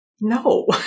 no